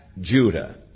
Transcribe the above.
Judah